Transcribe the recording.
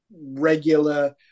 regular